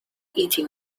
eating